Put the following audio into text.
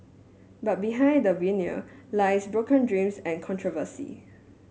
but behind the veneer lies broken dreams and controversy